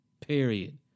Period